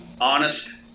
honest